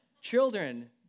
Children